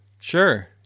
Sure